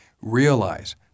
realize